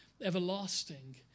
everlasting